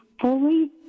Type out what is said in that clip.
fully